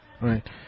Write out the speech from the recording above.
Right